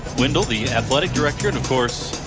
wendell the athletic director. and of course,